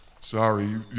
Sorry